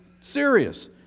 serious